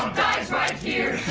right here.